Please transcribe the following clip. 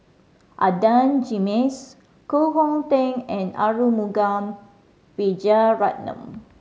Adan Jimenez Koh Hong Teng and Arumugam Vijiaratnam